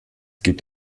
gibt